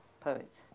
Poets